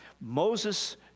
Moses